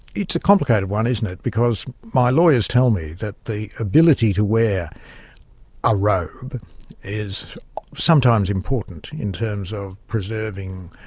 it's a complicated one, isn't it, because my lawyers tell me that the ability to wear a robe is sometimes important in terms of preserving,